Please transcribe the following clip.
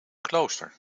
klooster